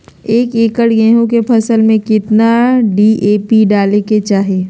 एक एकड़ गेहूं के फसल में कितना डी.ए.पी डाले के चाहि?